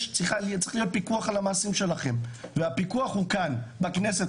צריך להיות פיקוח על המעשים שלכם והפיקוח הוא כאן בכנסת.